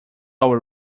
our